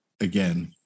again